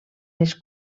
les